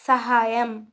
సహాయం